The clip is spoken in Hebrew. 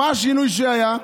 מה השינוי שהיה?